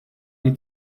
die